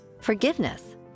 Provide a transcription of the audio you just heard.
Forgiveness